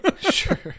sure